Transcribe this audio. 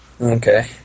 Okay